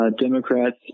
Democrats